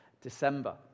December